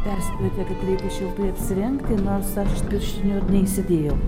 perspėjote kad reikia šiltai apsirengti nors aš pirštinių ir neįsidėjau